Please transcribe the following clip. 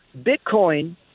Bitcoin